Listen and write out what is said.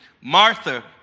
Martha